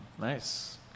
nice